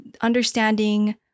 understanding